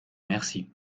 merci